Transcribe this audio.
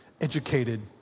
educated